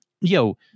yo